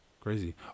crazy